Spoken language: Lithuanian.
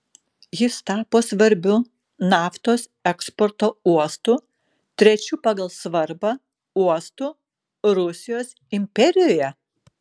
jis tapo svarbiu naftos eksporto uostu trečiu pagal svarbą uostu rusijos imperijoje